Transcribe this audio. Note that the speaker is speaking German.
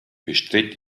bestritt